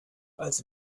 als